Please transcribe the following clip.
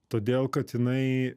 todėl kad jinai